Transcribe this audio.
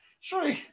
sure